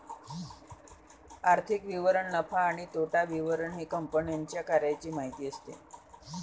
आर्थिक विवरण नफा आणि तोटा विवरण हे कंपन्यांच्या कार्याची माहिती असते